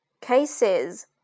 cases